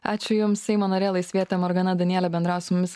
ačiū jums seimo narė laisvietė morgana danielė bendravo su mumis